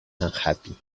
unhappy